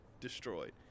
destroyed